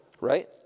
right